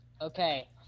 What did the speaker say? Okay